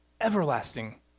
everlasting